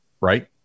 right